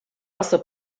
also